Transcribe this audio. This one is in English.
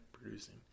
producing